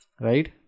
Right